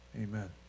Amen